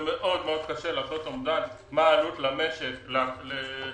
מאוד קשה לעשות אומדן מה העלות למשק בנושא.